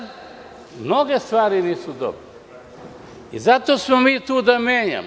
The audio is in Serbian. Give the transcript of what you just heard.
Mnoge stvari nisu dobre i zato smo mi tu da menjamo.